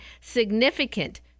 significant